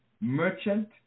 Merchant